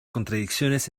contradicciones